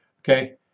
Okay